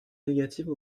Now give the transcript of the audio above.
négatives